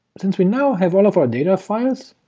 since we now have all of our data files,